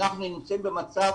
אנחנו נמצאים במצב